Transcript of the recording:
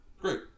great